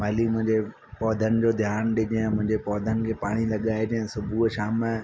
माली मुंहिंजे पौधनि जो ध्यानु ॾिजाइन मुंहिंजे पौधनि खे पाणी लॻाइजे सुबुह शाम